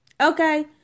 Okay